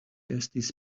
estis